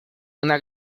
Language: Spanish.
una